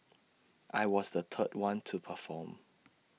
I was the third one to perform